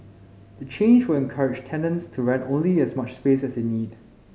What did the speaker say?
the change will encourage tenants to rent only as much space as they need